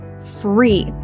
free